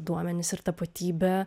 duomenis ir tapatybę